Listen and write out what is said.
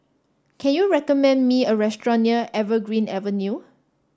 can you recommend me a restaurant near Evergreen Avenue